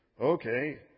okay